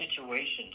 situations